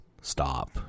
stop